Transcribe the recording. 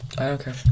Okay